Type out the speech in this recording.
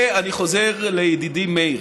ואני חוזר לידידי מאיר,